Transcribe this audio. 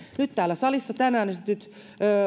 nyt täällä salissa tänään esitetyt